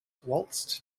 waltzed